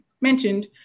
mentioned